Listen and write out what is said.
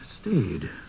stayed